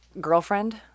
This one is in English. girlfriend